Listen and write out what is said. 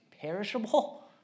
perishable